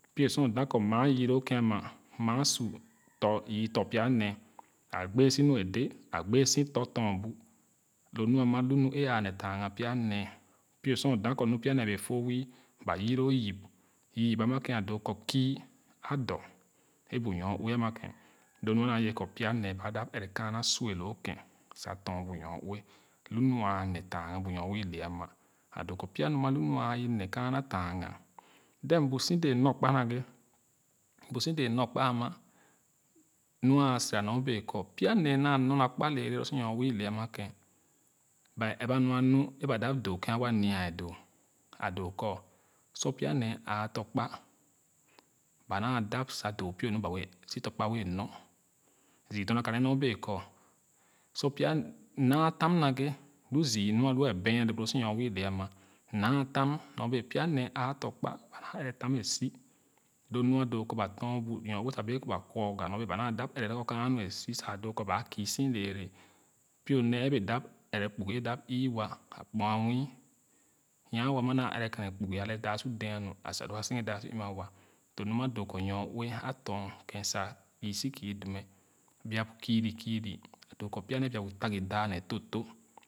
. Pie sor o da kɔ maa yii loo ken ama maa su tɔ yü tɔ pya nee a gbee so nu ãã nee tange pya nee pie nee pie sor o da kɔ nu pya nee bɛɛ to wü ba yü lao yip yip yip ama a doo kɔ kü a dɔ e bu nyou ama kén lo nua naa yere kɔ sa tɔn bu nyoue lu nɔa naa yere kɔ pya nee a dap ɛrɛ kaana sue lo ken sa tɔn bu nyoue lu nɔa nee tanga bu nyoue ile ama a doo kɔ pya nɔ’a lu nu aa i na kaana tanga then bu so dɛɛ nor kpa ama nɔa sira nyo bee kɔ pya nee nɛa nor naa kpa lɛɛlɛ loo su nyoue olɛɛ ama ken ba e ap ba nɔa nu eba da doo ken a waa nia a doo a doo ku sor pya nee àà tɔkpa ba naa dap sab doo pie nu ba wɛɛ so tɔkpa wɛɛ nor zü dorna ka nee nyo bee kɔɔ sor pya naa tam naghe lu zü nu alya bɛɛn ale bu loo sor nyo ue ile ama naa tan nyo bee pya nee aa tɔn kpa ba naa ɛrɛ so e si lo nɔa doo kɔ ba tɔn bu nyoue sa bee kɔ ba kwoga nyo bee ba naa dap ɛrɛ lorgor kaana nu esi sa a doo kɔ ba kii su lɛɛrɛ pio nee e bee dap ɛrɛ kpugo e dap ii wa akpoa nwii nyan wo amia naa ɛrɛ kwene kpugo ale daa su dɛa nu asa loo a dap su ü ma wa lo mu ma doo kɔ nyo ue a tɔn ken sa kü si kü demɛ bia bu keen keen a doo kɔ pya nee a bia bu tagi daah ne fortọ